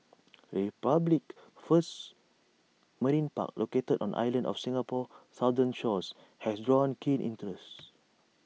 the republic's first marine park located on islands off Singapore's southern shores has run keen interest